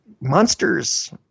monsters